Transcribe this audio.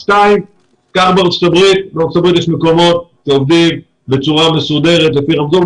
בארצות הברית יש מקומות שם עובדים בצורה מסודרת לפי רמזור.